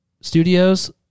studios